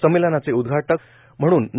संमेलनाचे उद्वाटक म्हणून ना